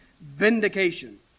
vindication